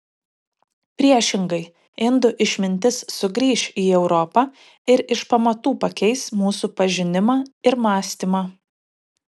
priešingai indų išmintis sugrįš į europą ir iš pamatų pakeis mūsų pažinimą ir mąstymą